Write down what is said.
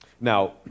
Now